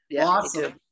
awesome